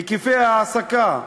היקפי ההעסקה,